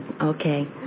okay